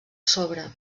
sobre